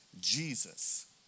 Jesus